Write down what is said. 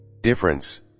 difference